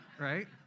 right